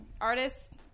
Artists